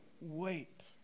Wait